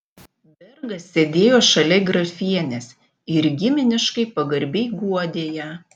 bergas sėdėjo šalia grafienės ir giminiškai pagarbiai guodė ją